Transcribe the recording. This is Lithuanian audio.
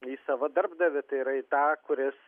į savo darbdavį tai yra į tą kuris